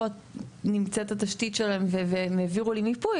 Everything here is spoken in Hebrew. נמצאת התשתית שלהם והם העבירו לי מיפוי,